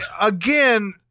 again